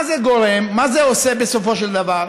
למה זה גורם, מה זה עושה בסופו של דבר?